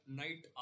Knight